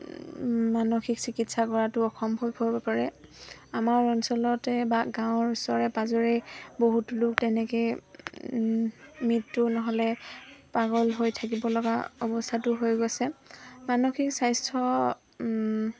মানসিক চিকিৎসা কৰাটো অসম্ভৱ হৈ পাৰে আমাৰ অঞ্চলতে বা গাঁৱৰ ওচৰে পাঁজৰে বহুতো লোক তেনেকৈ মৃত্যু নহ'লে পাগল হৈ থাকিব লগা অৱস্থাটো হৈ গৈছে মানসিক স্বাস্থ্য